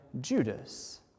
Judas